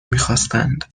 میخواستند